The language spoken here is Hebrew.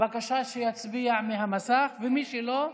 בבקשה שיצביע מהמסך, ומי שלא,